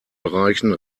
bereichen